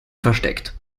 versteckt